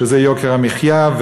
שזה יוקר המחיה,